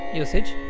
usage